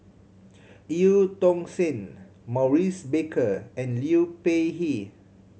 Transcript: Eu Tong Sen Maurice Baker and Liu Peihe